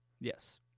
Yes